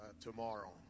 tomorrow